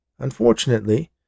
Unfortunately